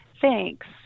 Thanks